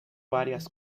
varias